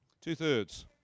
Two-thirds